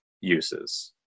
uses